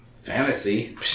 Fantasy